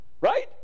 Right